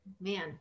Man